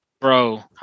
bro